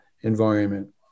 environment